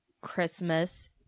Christmas